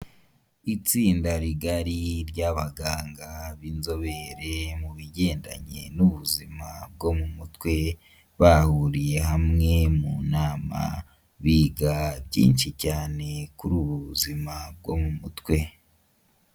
Itsinda rigari ry'abaganga binzobere mu bigendanye n'ubuzima bwo mu mutwe bahuriye hamwe mu nama biga byinshi cyane kuri ubu buzima bwo mu mutwe.